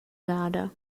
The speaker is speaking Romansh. gada